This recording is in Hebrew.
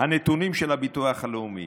שהנתונים של הביטוח הלאומי